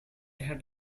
had